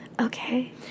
Okay